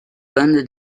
bande